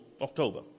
October